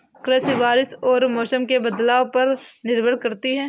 कृषि बारिश और मौसम के बदलाव पर निर्भर करती है